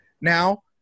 now